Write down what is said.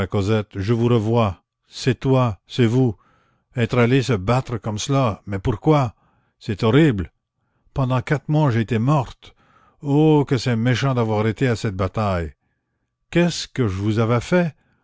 je vous revois c'est toi c'est vous être allé se battre comme cela mais pourquoi c'est horrible pendant quatre mois j'ai été morte oh que c'est méchant d'avoir été à cette bataille qu'est-ce que je vous avais fait